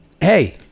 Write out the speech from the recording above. Hey